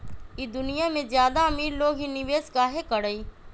ई दुनिया में ज्यादा अमीर लोग ही निवेस काहे करई?